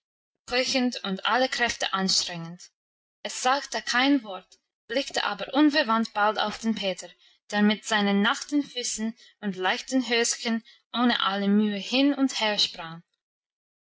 keuchend und alle kräfte anstrengend es sagte kein wort blickte aber unverwandt bald auf den peter der mit seinen nackten füßen und leichten höschen ohne alle mühe hin und her sprang